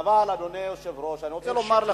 אדוני היושב-ראש, אני רוצה לומר לך,